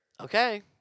Okay